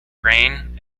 rain